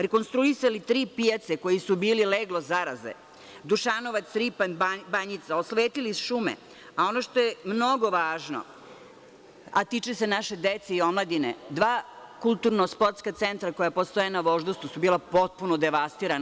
Rekonstruisali smo tri pijace koje se bile leglo zaraze - Dušanovac, Ripanj, Banjica, osvetlili iz šume, a ono što je mnogo važno, a tiče se naše dece i omladine, dva kulturno – sportska centra koja postoje na Voždovcu su bila potpuno devastirana.